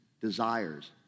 desires